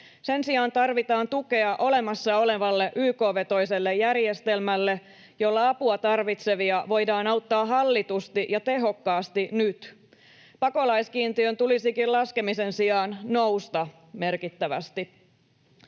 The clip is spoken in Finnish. Sen sijaan tarvitaan tukea olemassa olevalle YK-vetoiselle järjestelmälle, jolla apua tarvitsevia voidaan auttaa hallitusti ja tehokkaasti nyt. Pakolaiskiintiön tulisikin laskemisen sijaan nousta merkittävästi.